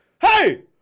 Hey